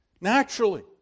naturally